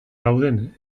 dauden